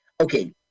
okay